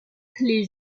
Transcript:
les